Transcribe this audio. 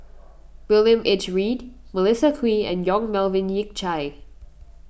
William H Read Melissa Kwee and Yong Melvin Yik Chye